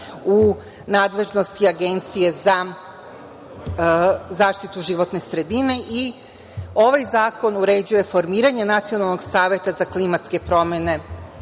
u nadležnosti Agencije za zaštitu životne sredine i ovaj zakon uređuje formiranje Nacionalnog saveta za klimatske promene